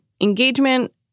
Engagement